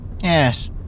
Yes